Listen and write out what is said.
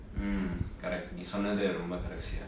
mm correct நீ சொன்னது ரொம்ப:nee sonnathu romba correct sia